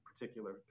particular